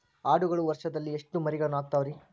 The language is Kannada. ಆಡುಗಳು ವರುಷದಲ್ಲಿ ಎಷ್ಟು ಮರಿಗಳನ್ನು ಹಾಕ್ತಾವ ರೇ?